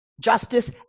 Justice